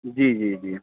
जी जी जी